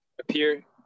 appear